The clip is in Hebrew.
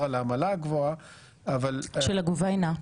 על העמלה הגבוהה --- של הגוביינא?